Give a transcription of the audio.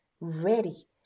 ready